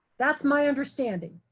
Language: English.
that's my understanding.